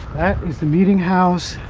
that is the meeting house